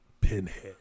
Pinhead